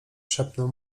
szepnął